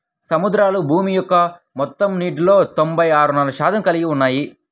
సముద్రాలు భూమి యొక్క మొత్తం నీటిలో తొంభై ఆరున్నర శాతం కలిగి ఉన్నాయి